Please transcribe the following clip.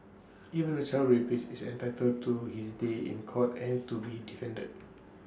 even A child rapist is entitled to his day in court and to be defended